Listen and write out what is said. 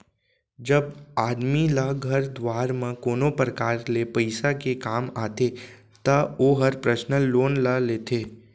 जब आदमी ल घर दुवार म कोनो परकार ले पइसा के काम आथे त ओहर पर्सनल लोन ले लेथे